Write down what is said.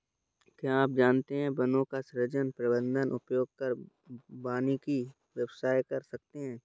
क्या आप जानते है वनों का सृजन, प्रबन्धन, उपयोग कर वानिकी व्यवसाय कर सकते है?